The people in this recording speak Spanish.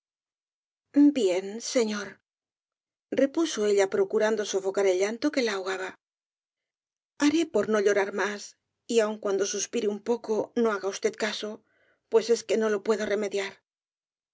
bien señorrepuso ella procurando sofocar el llanto que la ahogaba haré por no llorar más y aun cuando suspire un poco no haga usted caso pues es que no lo puedo remediar